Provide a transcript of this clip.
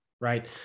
right